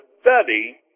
study